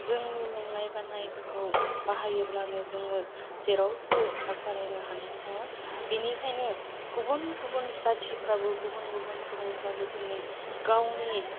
जोंनि बाहायोब्लानो जोङो जेरावबो आग बारायनो हानाय नङा बिनिखायनो गुबुन गुबुन जाथिफ्राबो गुबुन गुबुन सुबुंफ्राबो दिनै गावनि